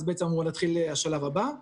אז בעצם אמור להתחיל השלב הבא,